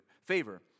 favor